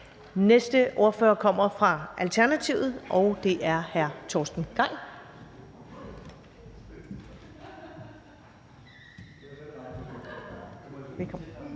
næste ordfører kommer fra Alternativet, og det er hr. Torsten Gejl. Velkommen.